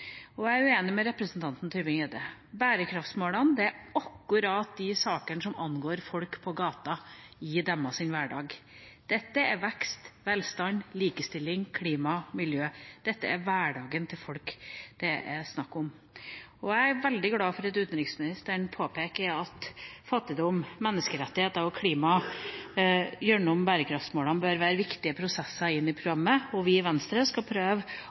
representanten Tybring-Gjedde: Bærekraftsmålene er akkurat de sakene som angår folk på gata i deres hverdag – vekst, velstand, likestilling, klima og miljø. Det er snakk om hverdagen til folk. Jeg er veldig glad for at utenriksministeren påpeker at fattigdom, menneskerettigheter og klima gjennom bærekraftsmålene bør være viktige prosesser inn i programmet, og vi i Venstre skal prøve